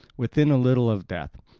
within a little of death.